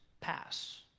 pass